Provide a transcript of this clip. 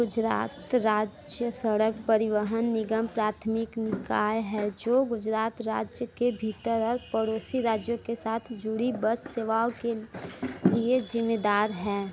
गुजरात राज्य सड़क परिवहन निगम प्राथमिक निकाय है जो गुजरात राज्य के भीतर पड़ोसी राज्यों के साथ जुड़ी बस सेवाओं के लिए जिम्मेदार हैं